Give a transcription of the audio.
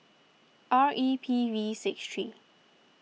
R E P V six three